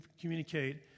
communicate